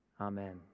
Amen